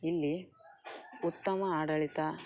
ಇಲ್ಲಿ ಉತ್ತಮ ಆಡಳಿತ